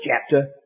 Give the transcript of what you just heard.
chapter